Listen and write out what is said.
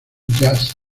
jazz